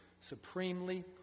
supremely